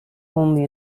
only